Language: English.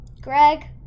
Greg